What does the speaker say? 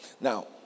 now